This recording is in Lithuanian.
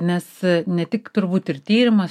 nes ne tik turbūt ir tyrimas